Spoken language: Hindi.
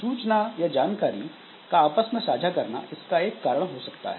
सूचना या जानकारी का आपस में साझा करना इसका एक कारण हो सकता है